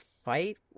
fight